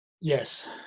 Yes